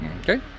Okay